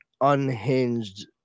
unhinged